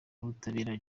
w’ubutabera